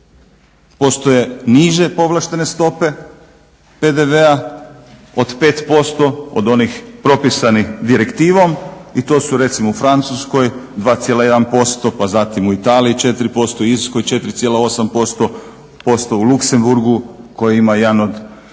Postoje niže povlaštene stope PDV-a od 5% od onih propisanih direktivnom i to su recimo u Francuskoj 2,1%, pa zatim u Italiji 4%, Irskoj 4,8%, u Luxemburgu koji ima jedan od